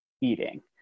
eating